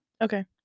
Okay